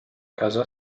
casa